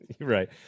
right